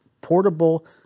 portable